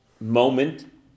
moment